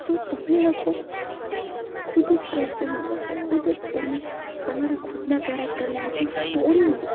સો તમે લોકો એને ખુદ જ ક્વેશ્ચન લખો ખુદ જ તમે તમારા ખુદના કેરેક્ટરને એઝ અ સ્ટોરી બુક